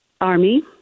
Army